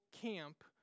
camp